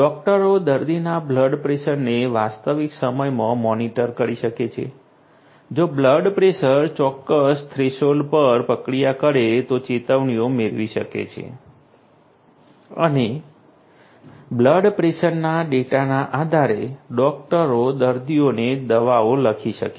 ડૉક્ટરો દર્દીના બ્લડ પ્રેશરને વાસ્તવિક સમયમાં મોનિટર કરી શકે છે જો બ્લડ પ્રેશર ચોક્કસ થ્રેશોલ્ડ પર પ્રક્રિયા કરે તો ચેતવણીઓ મેળવી શકે છે અને બ્લડ પ્રેશરના ડેટાના આધારે ડોકટરો દર્દીઓને દવાઓ લખી શકે છે